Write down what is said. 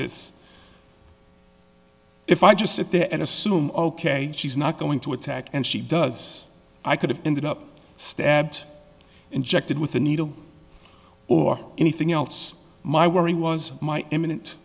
this if i just sit there and assume ok she's not going to attack and she does i could have ended up stabbed injected with a needle or anything else my worry was